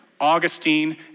Augustine